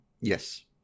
Yes